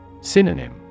Synonym